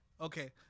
Okay